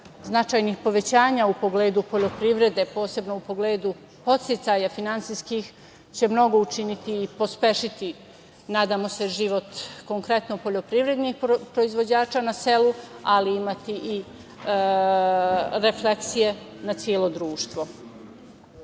značajnih povećanja u pogledu poljoprivrede će, posebno u pogledu podsticaja finansijskih, mnogo učiniti i pospešiti, nadamo se, život konkretno poljoprivrednih proizvođača na selu, ali imati i refleksije na celo društvo.U